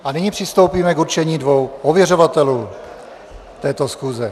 A nyní přistoupíme k určení dvou ověřovatelů této schůze.